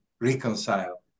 reconcile